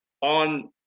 on